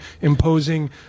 imposing